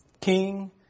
king